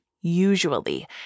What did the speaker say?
usually